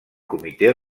comité